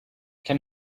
can